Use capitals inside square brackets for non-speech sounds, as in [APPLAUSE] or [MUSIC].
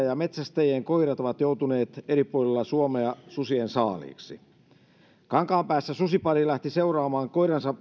[UNINTELLIGIBLE] ja metsästäjien koirat ovat joutuneet eri puolilla suomea susien saaliiksi kankaanpäässä susipari lähti seuraamaan